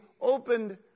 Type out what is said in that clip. opened